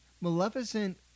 Maleficent